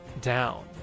down